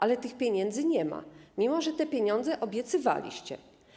Ale tych pieniędzy nie ma, mimo że te pieniądze obiecywaliście.